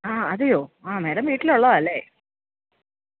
ആ അതെയോ ആ മേഡം വീട്ടിൽ ഉള്ളതാണ് അല്ലേ